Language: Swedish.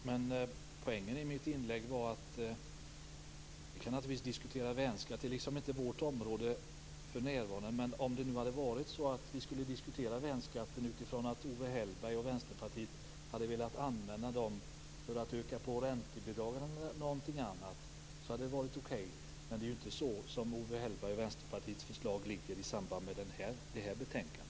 Fru talman! Vi kan naturligtvis diskutera värnskatten, men det är inte vårt område för närvarande. Om det hade varit så att vi skulle diskutera värnskatten utifrån att Owe Hellberg och Vänsterpartiet hade velat använda dessa pengar för att öka på räntebidragen hade det varit okej, men det är ju inte så som Owe Hellbergs och Vänsterpartiets förslag ligger i samband med det här betänkandet.